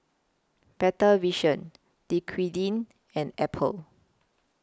Better Vision Dequadin and Apple